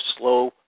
slow